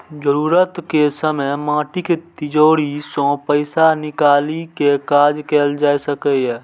जरूरत के समय माटिक तिजौरी सं पैसा निकालि कें काज कैल जा सकैए